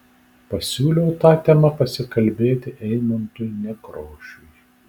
pasiūliau ta tema pasikalbėti eimuntui nekrošiui